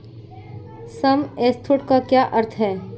सम assured का क्या अर्थ है?